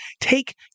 take